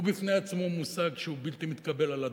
הוא בפני עצמו מושג שהוא בלתי מתקבל על הדעת,